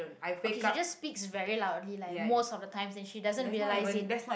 okay she just speaks very loudly like most of the times and she doesn't realise it